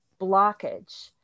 blockage